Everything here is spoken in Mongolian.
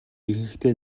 ихэнхдээ